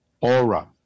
aura